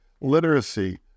literacy